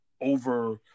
over